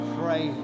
pray